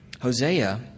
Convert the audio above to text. Hosea